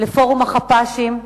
לפורום החפ"שים,